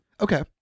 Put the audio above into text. Okay